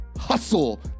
hustle